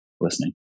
listening